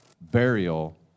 burial